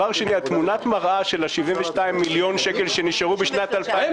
תמונת המראה של 72 המיליון שנשארו בשנת --- הם